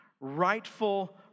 rightful